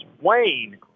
wayne